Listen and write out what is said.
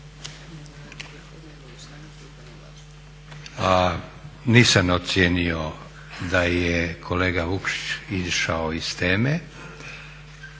Nisam ocijenio da je kolega Vukšić izašao iz teme